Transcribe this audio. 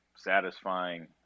satisfying